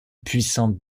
puissante